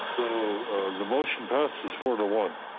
so the motion passes four to one.